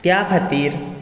त्या खातीर